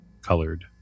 colored